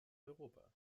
europa